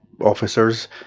officers